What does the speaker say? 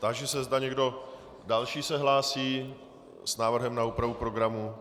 Táži se, zda někdo další se hlásí s návrhem na úpravu programu.